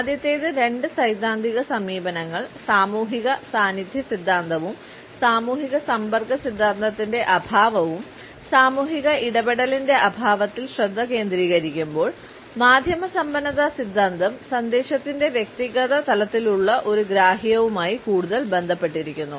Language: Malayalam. ആദ്യത്തെ രണ്ട് സൈദ്ധാന്തിക സമീപനങ്ങൾ സാമൂഹിക സാന്നിധ്യ സിദ്ധാന്തവും സാമൂഹിക സമ്പർക്ക സിദ്ധാന്തത്തിന്റെ അഭാവവും സാമൂഹിക ഇടപെടലിന്റെ അഭാവത്തിൽ ശ്രദ്ധ കേന്ദ്രീകരിക്കുമ്പോൾ മാധ്യമ സമ്പന്നത സിദ്ധാന്തം സന്ദേശത്തിൻറെ വ്യക്തിഗത തലത്തിലുള്ള ഒരു ഗ്രാഹ്യവുമായി കൂടുതൽ ബന്ധപ്പെട്ടിരിക്കുന്നു